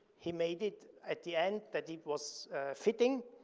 he made it at the end that it was fitting,